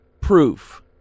proof